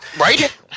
right